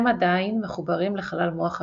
הם עדיין מחוברים לחלל מוח הביניים,